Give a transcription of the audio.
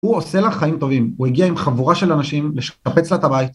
הוא עושה לך חיים טובים, הוא הגיע עם חבורה של אנשים לשפץ לה את הבית.